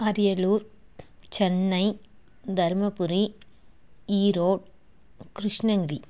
Ariyalur Chennai Dharmapuri Erode Krishnagiri